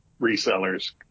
resellers